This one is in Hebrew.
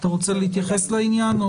אתה רוצה להתייחס לעניין?